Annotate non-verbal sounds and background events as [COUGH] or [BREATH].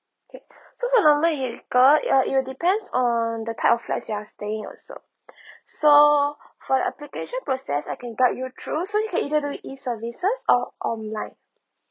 K [BREATH] so for normal vehicle uh it'll depends on the type of flats you're staying also [BREATH] so for your application process I can guide you through so you can either do it e services or online